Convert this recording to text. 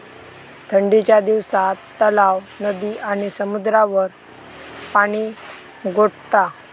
ठंडीच्या दिवसात तलाव, नदी आणि समुद्रावर पाणि गोठता